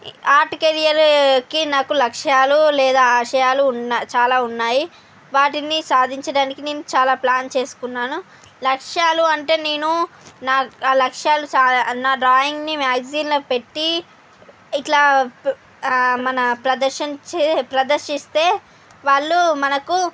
నాకు లక్ష్యాలు లేదా ఆశయాలు ఉన్న చాలా ఉన్నాయి వాటిని సాధించడానికి నేను చాలా ప్లాన్ చేసుకున్నాను లక్ష్యాలు అంటే నేను నా లక్ష్యాలు చాలా నా డ్రాయింగ్ ని మ్యాగ్జిన్ లో పెట్టి ఇట్లా మన ప్రదర్శనచే ప్రదర్శిస్తే వాళ్ళు మనకు